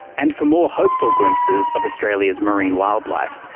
and for more hopeful glimpses of australia's marine wildlife,